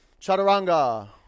chaturanga